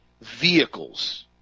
vehicles